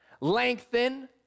lengthen